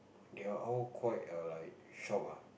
they are all quite err like shock ah